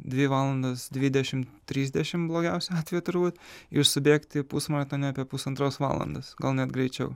dvi valandas dvidešim trisdešim blogiausiu atveju turbūt ir subėgti pusmaratonį apie pusantros valandos gal net greičiau